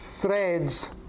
threads